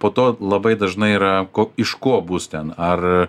po to labai dažnai yra ko iš ko bus ten ar